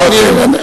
לא אתם,